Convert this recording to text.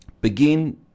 begin